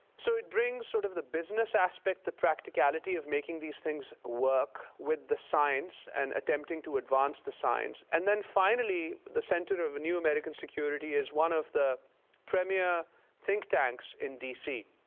so it brings sort of the business aspect, the practicality of making these things work with the science and attempting to advance the science. and then finally the center of a new american security is one of the premier think tanks in dc.